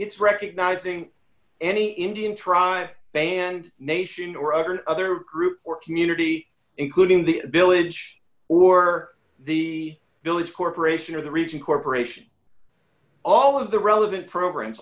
it's recognizing any indian tribe band nation or other other group community including the village or the village corporation or the region corporation all of the relevant programs